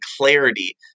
clarity